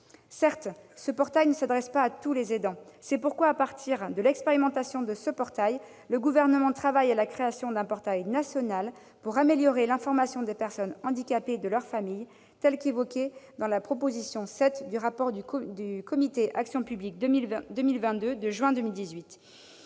Certes, ce portail ne s'adresse pas à tous les aidants. C'est pourquoi, à partir de cette expérimentation, le Gouvernement travaille à la création d'un portail national pour améliorer l'information des personnes handicapées et de leurs familles, tel qu'évoqué dans la proposition 7 du rapport du comité Action publique 2022 de juin 2018.